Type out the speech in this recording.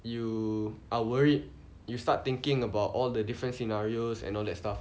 you are worried you start thinking about all the different scenarios and all that stuff